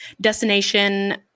destination